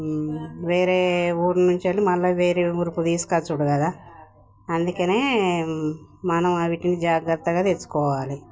వేరే ఊరి నుంచి మళ్ళీ వేరే ఊరికి తీసుకువచ్చుడు కదా అందుకనే మనం వాటిని జాగ్రత్తగా తెచ్చుకోవాలి